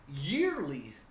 yearly